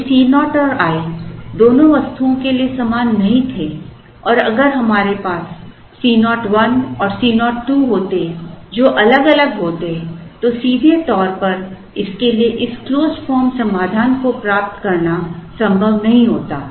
यदि Co और i दोनों वस्तुओं के लिए समान नहीं थे और अगर हमारे पास C 0 1 और C 0 2 होते जो अलग अलग होते तो सीधे तौर पर इसके लिए इस closed form समाधान को प्राप्त करना संभव नहीं होता